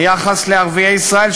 היחס לערביי ישראל,